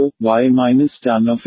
तो y tan xy2 c